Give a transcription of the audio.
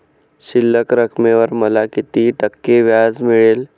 शिल्लक रकमेवर मला किती टक्के व्याज मिळेल?